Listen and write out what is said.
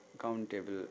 countable